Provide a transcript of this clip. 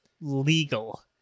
legal